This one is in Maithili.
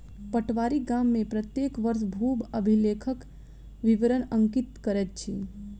पटवारी गाम में प्रत्येक वर्ष भू अभिलेखक विवरण अंकित करैत अछि